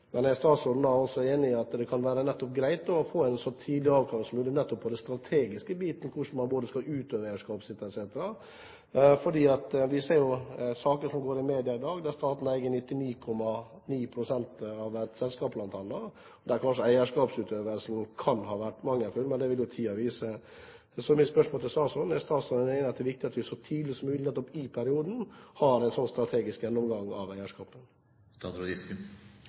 Men er statsråden også enig i at det kan være greit å få en så tidlig avklaring som mulig nettopp av den strategiske biten, hvordan man skal utøve eierskapet sitt, etc.? For vi ser at i saker som går i media i dag, bl.a. der staten eier 99,9 pst. av et selskap, kan eierskapsutøvelsen kanskje ha vært mangelfull, men det vil jo tiden vise. Så mitt spørsmål til statsråden er: Er statsråden enig i at det er viktig at vi så tidlig som mulig i perioden har en slik strategisk gjennomgang av eierskapet?